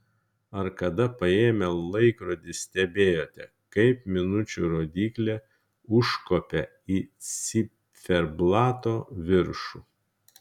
ar kada paėmę laikrodį stebėjote kaip minučių rodyklė užkopia į ciferblato viršų